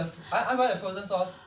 I think it's it's okay